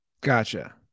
Gotcha